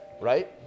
right